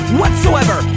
whatsoever